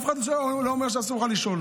אף אחד לא אומר שאסור לך לשאול.